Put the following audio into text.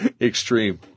extreme